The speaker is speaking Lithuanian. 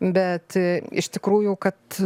bet iš tikrųjų kad